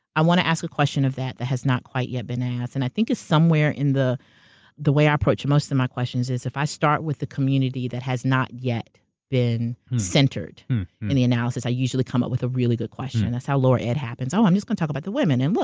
i wanna ask a question of that, that has not quite yet been asked. and i think it's somewhere in the the way i approach most of my questions is, if i start with the community that has not yet been centered in the analysis, i usually come up with a really good question. that's how lower ed happens. oh, i'm just gonna talk about the women, and look.